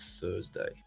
thursday